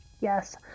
Yes